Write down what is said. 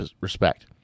respect